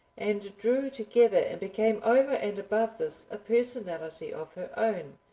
and drew together and became over and above this a personality of her own,